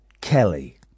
Kelly